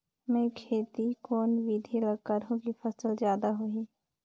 मै खेती कोन बिधी ल करहु कि फसल जादा होही